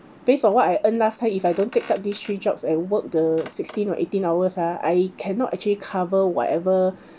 based on what I earn last time if I don't take up these three jobs and work the sixteen or eighteen hours ah I cannot actually cover whatever